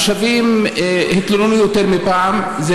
התושבים התלוננו יותר מפעם אחת.